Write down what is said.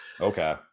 Okay